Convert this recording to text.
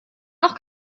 noch